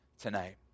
tonight